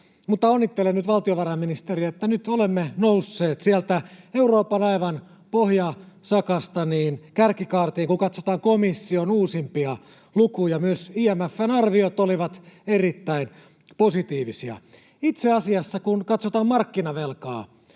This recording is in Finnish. mutta onnittelen, valtiovarainministeri, että nyt olemme nousseet sieltä Euroopan aivan pohjasakasta kärkikaartiin, kun katsotaan komission uusimpia lukuja. Myös IMF:n arviot olivat erittäin positiivisia. Itse asiassa, kun katsotaan markkinavelkaa,